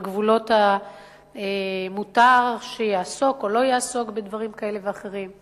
על גבולות מותר שיעסוק או לא יעסוק בדברים כאלה ואחרים.